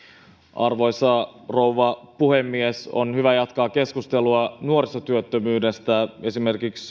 arvoisa rouva puhemies on hyvä jatkaa keskustelua nuorisotyöttömyydestä esimerkiksi